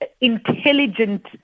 intelligent